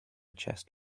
chest